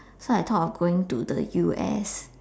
so I thought of going to the U_S